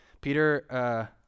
Peter